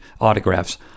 autographs